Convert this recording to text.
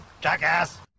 jackass